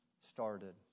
started